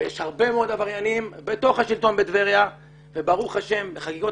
ויש הרבה מאוד עבריינים בתוך השלטון בטבריה וברוך השם בחגיגות